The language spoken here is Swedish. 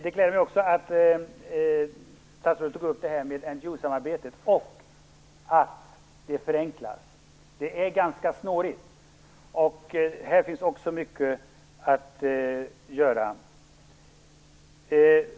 Det gläder mig också att statsrådet tog upp det här med NGO-samarbetet och att det förenklas. Det är ganska snårigt. Här finns det också ganska mycket att göra.